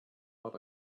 but